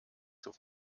zur